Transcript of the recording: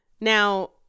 Now